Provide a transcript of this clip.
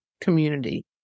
community